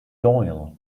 doyle